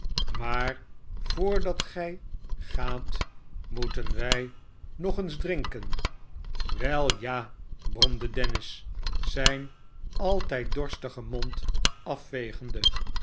maar voordat gij gaat moeten wij nog eens drinken swel ja brorade dennis zijn altijd dorstigen mond afvegende